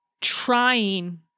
trying